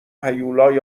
هیولای